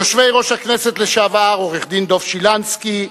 יושבי-ראש הכנסת לשעבר, עורך-דין דב שילנסקי,